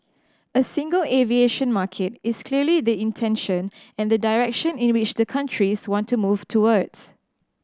a single aviation market is clearly the intention and the direction in which the countries want to move towards